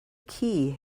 key